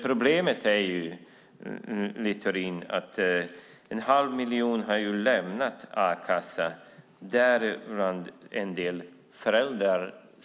Problemet är, Littorin, att en halv miljon har lämnat a-kassan, däribland en del föräldrar.